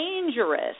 dangerous